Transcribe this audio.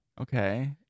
Okay